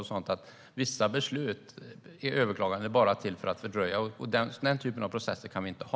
Överklaganden av vissa beslut är bara till för att fördröja, och den typen av processer kan vi inte ha.